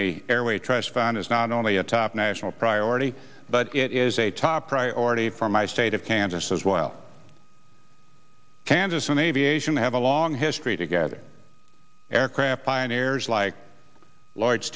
a airway trust fund is not only a top national priority but it is a top priority for my state of kansas as well kansas an aviation have a long history together aircraft pioneers like a large